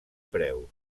preus